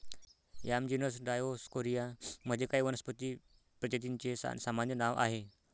yam genus Dioscorea मध्ये काही वनस्पती प्रजातींचे सामान्य नाव आहे